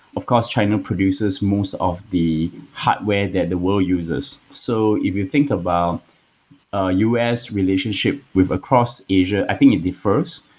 of course, china produces most of the hotware that the world uses. so if you think about ah u s. relationship with across asia, i think it defers.